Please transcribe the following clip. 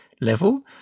level